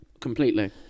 completely